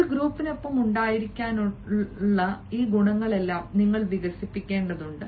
ഒരു ഗ്രൂപ്പിനൊപ്പം ഉണ്ടായിരിക്കാനുള്ള ഈ ഗുണങ്ങളെല്ലാം നിങ്ങൾ വികസിപ്പിക്കേണ്ടതുണ്ട്